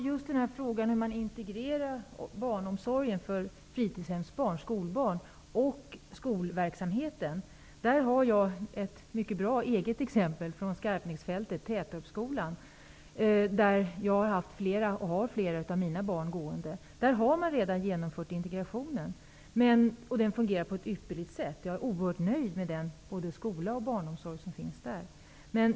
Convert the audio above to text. Herr talman! Just i frågan hur man integrerar barnomsorgen för skolbarnen och skolverksamheten har jag ett mycket bra eget exempel från Skarpnäcksfältets tätortsskola, där flera av mina barn går. Där har man redan genomfört integrationen. Den fungerar på ett ypperligt sätt. Jag är oerhört nöjd med den skola och barnomsorg som där finns.